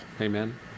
amen